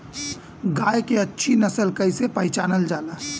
गाय के अच्छी नस्ल कइसे पहचानल जाला?